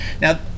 Now